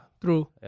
true